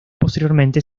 posteriormente